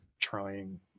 trying